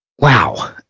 Wow